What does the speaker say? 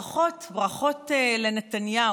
ברכות, ברכות לנתניהו.